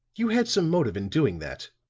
you had some motive in doing that,